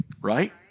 right